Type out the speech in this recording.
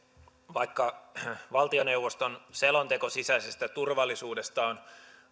vaikka valtioneuvoston selonteko sisäisestä turvallisuudesta on